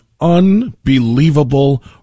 unbelievable